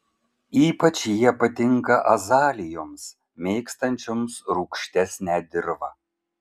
ypač jie patinka azalijoms mėgstančioms rūgštesnę dirvą